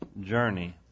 journey